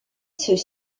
ceux